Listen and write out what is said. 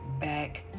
back